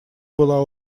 была